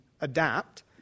adapt